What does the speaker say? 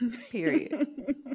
period